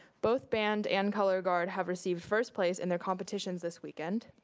both band and color guard, have received first place in their competitions this weekend.